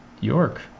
York